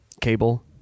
cable